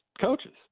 coaches